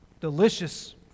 delicious